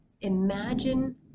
Imagine